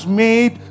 made